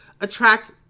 attract